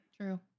true